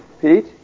Pete